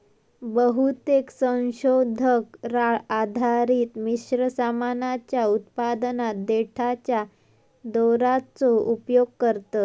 बहुतेक संशोधक राळ आधारित मिश्र सामानाच्या उत्पादनात देठाच्या दोराचो उपयोग करतत